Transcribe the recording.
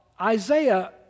Isaiah